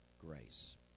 grace